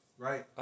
Right